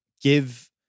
give